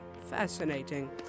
Fascinating